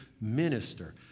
minister